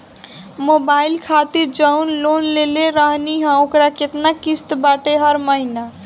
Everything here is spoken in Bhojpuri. मोबाइल खातिर जाऊन लोन लेले रहनी ह ओकर केतना किश्त बाटे हर महिना?